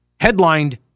headlined